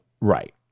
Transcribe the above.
Right